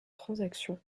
transaction